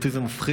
אותי זה מפחיד.